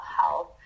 health